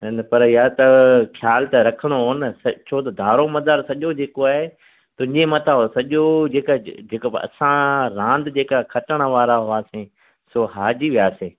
न न पर यार त ख़्याल त रखिणो हो न छोत दारोमदारु सॼो जेको आहे तुंहिंजे मथां हो सॼो जेका जे जेका असां रांदि जेका खटण वारा हुआसीं सो हारिजी वियासीं